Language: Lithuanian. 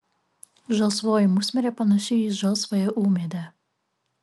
žalsvoji musmirė panaši į žalsvąją ūmėdę